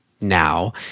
now